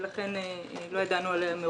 לכן גם לא ידענו עליה.